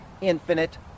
infinite